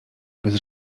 bez